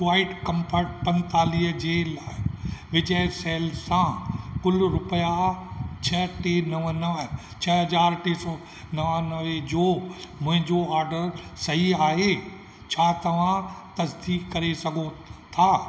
QuietComfort पंजतालीह जे लाइ विजय सेल्स सां कुल रुपिया छ टे नव नव छ हज़ार टे सौ नवानवे जो मुहिंजो आडर सही आहे छा तव्हां तस्दीकु करे सघो था